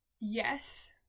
yes